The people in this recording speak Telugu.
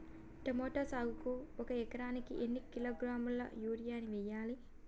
టమోటా సాగుకు ఒక ఎకరానికి ఎన్ని కిలోగ్రాముల యూరియా వెయ్యాలి?